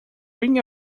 being